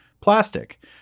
plastic